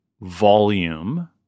volume